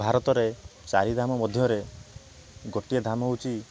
ଭାରତରେ ଚାରିଧାମ ମଧ୍ୟରେ ଗୋଟିଏ ଧାମ ହଉଛି